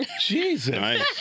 Jesus